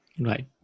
Right